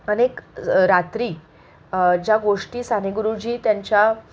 अनेक रात्री ज्या गोष्टी सानेगुरूजी त्यांच्या